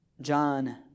John